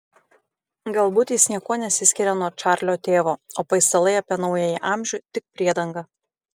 galbūt jis niekuo nesiskiria nuo čarlio tėvo o paistalai apie naująjį amžių tik priedanga